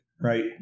right